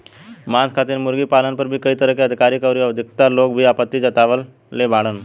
मांस खातिर मुर्गी पालन पर भी कई तरह के अधिकारी अउरी अधिवक्ता लोग भी आपत्ति जतवले बाड़न